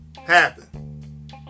happen